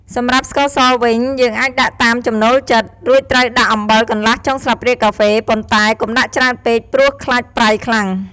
សម្រាប់ស្ករសវិញ យើងអាចដាក់តាមចំណូលចិត្ត រួចត្រូវដាក់អំបិលកន្លះចុងស្លាបព្រាកាហ្វេ ប៉ុន្តែ កុំដាក់ច្រើនពេកព្រោះខ្លាចប្រៃខ្លាំង។